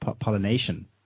pollination